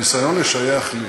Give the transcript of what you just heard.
הניסיון לשייך לי